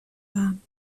bahn